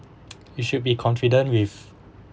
it should be confident with